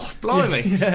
blimey